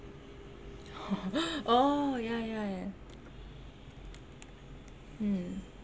oh ya ya ya mm